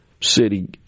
city